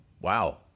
Wow